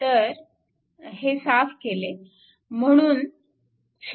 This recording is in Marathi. तर हे साफ केले